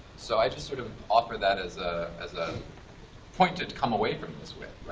so i just sort of offer that as ah as a point to come away from this with.